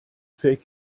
fake